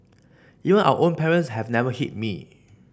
even our own parents have never hit me